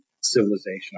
civilization